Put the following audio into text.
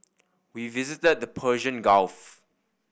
we visited the Persian Gulf